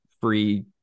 free